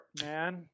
man